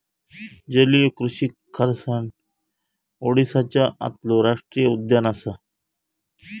जलीय कृषि खारसाण ओडीसाच्या आतलो राष्टीय उद्यान असा